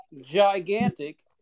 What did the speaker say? gigantic